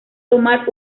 tomar